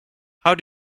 how